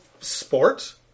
sport